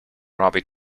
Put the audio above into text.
robbie